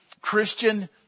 Christian